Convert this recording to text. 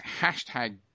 hashtag